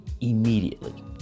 immediately